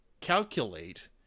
calculate